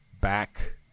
back